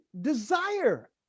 desire